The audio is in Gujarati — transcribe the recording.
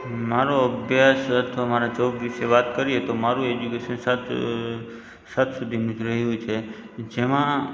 મારો અભ્યાસ અથવા મારા જૉબ વિશે વાત કરીએ તો મારું એજ્યુકેશન સાત સાત સુધીનું જ રહ્યું છે જેમાં